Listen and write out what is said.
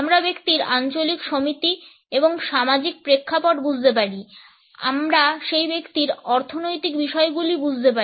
আমরা ব্যক্তির আঞ্চলিক সমিতি এবং সামাজিক প্রেক্ষাপট বুঝতে পারি আমরা সেই ব্যক্তির অর্থনৈতিক বিষয়গুলি বুঝতে পারি